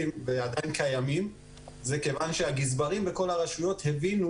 ועדיין קיימים זה כיוון שהגזברים בכל הרשויות הבינו